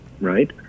right